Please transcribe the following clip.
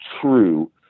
true